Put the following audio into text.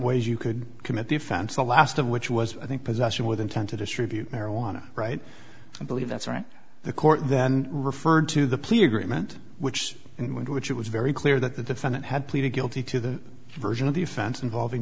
ways you could commit these the last of which was i think possession with intent to distribute marijuana right i believe that's right the court then referred to the plea agreement which in which it was very clear that the defendant had pleaded guilty to the version of the offense involving